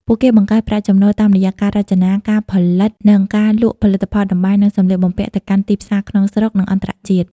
ពួកគេបង្កើតប្រាក់ចំណូលតាមរយៈការរចនា ការផលិត និងការលក់ផលិតផលតម្បាញ និងសម្លៀកបំពាក់ទៅកាន់ទីផ្សារក្នុងស្រុក និងអន្តរជាតិ ។